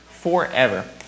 forever